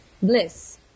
Bliss